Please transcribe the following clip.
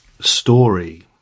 story